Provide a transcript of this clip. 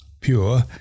pure